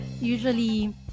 usually